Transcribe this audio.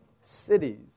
cities